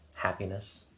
happiness